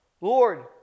Lord